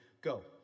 go